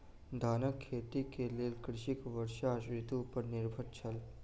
धानक खेती के लेल कृषक वर्षा ऋतू पर निर्भर छल